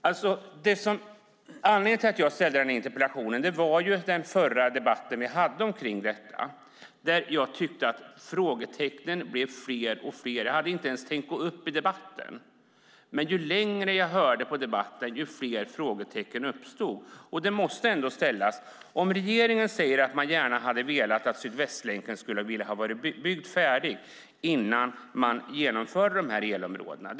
Anledningen till att jag ställde denna interpellation var att jag tyckte att frågetecknen blev fler och fler i den förra debatten vi hade om detta. Jag hade inte ens tänkt gå upp i den debatten, men ju längre jag hörde på debatten, desto fler frågetecken uppstod. Regeringen säger att man gärna hade sett att Sydvästlänken varit färdig innan man genomförde elområdena.